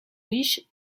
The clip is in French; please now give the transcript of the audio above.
riche